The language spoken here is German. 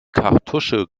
kartusche